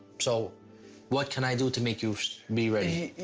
so what can i do to make you be ready?